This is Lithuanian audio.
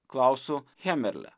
klausu hemerle